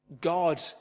God